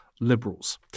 liberals